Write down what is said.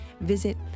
Visit